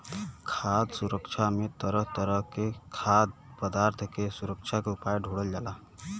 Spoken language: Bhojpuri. खाद्य सुरक्षा में तरह तरह के खाद्य पदार्थ के सुरक्षा के उपाय ढूढ़ल जाला